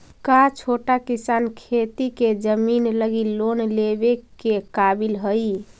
का छोटा किसान खेती के जमीन लगी लोन लेवे के काबिल हई?